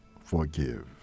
forgive